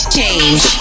Change